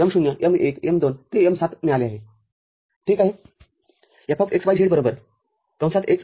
तरतुम्हाला कमालसंज्ञा M० M१